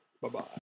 Bye-bye